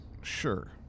Sure